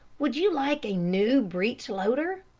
would you like a new breech-loader?